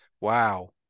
Wow